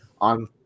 on